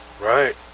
Right